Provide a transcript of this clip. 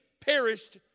perished